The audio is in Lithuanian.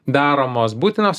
daromos būtinos